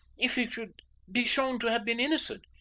if he should be shown to have been innocent?